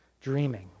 dreaming